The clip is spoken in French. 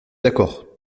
d’accord